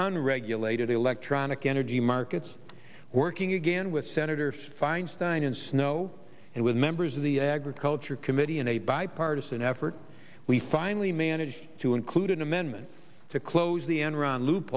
unregulated electronic energy markets working again with senator feinstein and snowe and with members of the agriculture committee in a bipartisan effort we finally managed to include an amendment to close the enron loop